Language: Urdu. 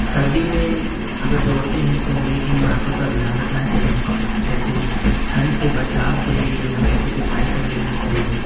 سردی میں اگر دوڑتے ہیں تو ہمیں ان باتوں کا دھیان رکھنا چاہیے جیسے ٹھنڈ سے بچاؤ کے لیے ہمیں کچھ اپائے کر لینے چاہیے